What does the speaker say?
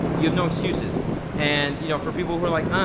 you have no excuses and you know for people who are like, ah,